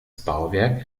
bauwerk